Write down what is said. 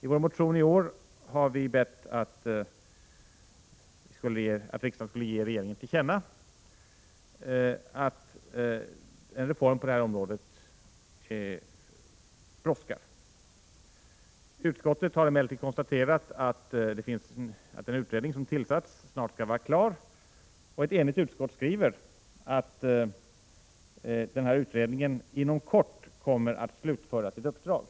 I vår motion i år har vi bett att riksdagen skulle ge regeringen till känna att en reform på detta område brådskar. Ett enigt utskott konstaterar emellertid att ”den utredning som riksdagen har begärt inom kort kommer att ha slutfört sitt uppdrag”.